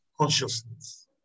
Consciousness